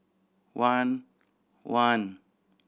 one one